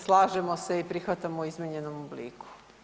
Slažemo se i prihvatamo u izmjenjenom obliku.